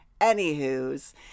anywho's